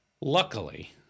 Luckily